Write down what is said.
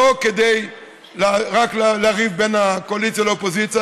לא רק כדי לריב בין הקואליציה לאופוזיציה,